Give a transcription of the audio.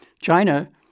China